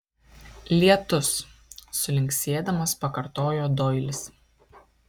lietus sulinksėdamas pakartojo doilis